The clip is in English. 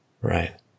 Right